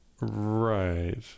right